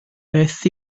beth